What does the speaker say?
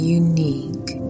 unique